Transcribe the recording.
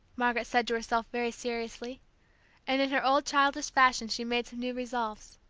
margaret said to herself very seriously and in her old childish fashion she made some new resolves.